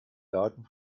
daten